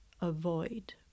avoid